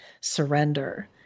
surrender